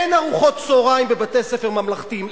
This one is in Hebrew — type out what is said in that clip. אין ארוחות צהריים בבתי-ספר ממלכתיים.